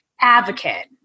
advocate